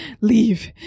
leave